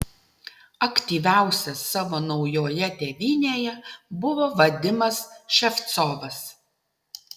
aktyviausias savo naujoje tėvynėje buvo vadimas ševcovas